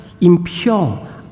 impure